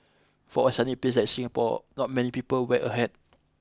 for a sunny place Singapore not many people wear a hat